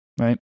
right